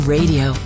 Radio